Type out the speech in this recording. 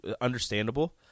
understandable